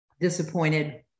disappointed